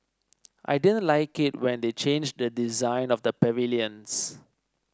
I didn't like it when they changed the design of the pavilions